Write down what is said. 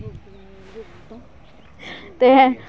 ते